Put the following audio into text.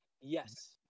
Yes